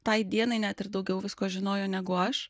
tai dienai net ir daugiau visko žinojo negu aš